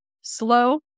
slow